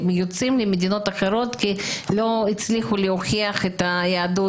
שיוצאים למדינות אחרות כי לא הצליחו להוכיח את היהדות,